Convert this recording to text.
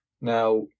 Now